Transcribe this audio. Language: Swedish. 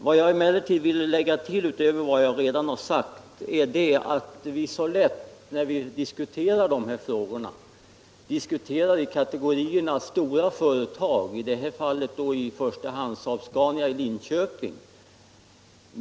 Vad jag emellertid vill lägga till det jag redan sagt är att vi så lätt, när vi diskuterar de här frågorna, talar i kategorin stora företag, i det här fallet i första hand SAAB-SCANIA i Linköping.